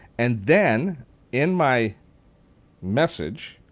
and then in my message,